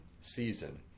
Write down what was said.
season